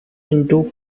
into